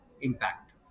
impact